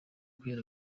kubera